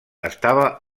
estava